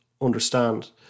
understand